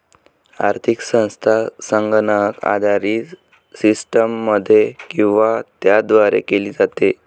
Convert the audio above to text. आर्थिक संस्था संगणक आधारित सिस्टममध्ये किंवा त्याद्वारे केली जाते